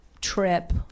trip